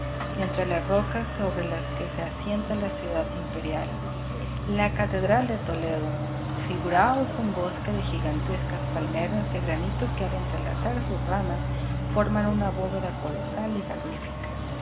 entre las rocas sobre que se asienta la ciudad imperial la catedral de toledo figuráos un bosque de gigantes palmeras de granito que al entrelazar sus ramas forman una bóveda colosal y magnífica